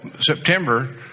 September